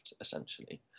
essentially